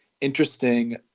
interesting